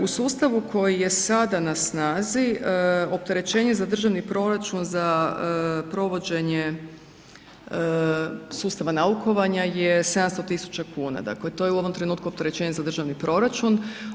U sustavu koji je sada na snazi, opterećenje za državni proračun, za provođenje sustava naukovanja je 700 000 kn, dakle to je u ovom trenutku opterećenje za državni proračun.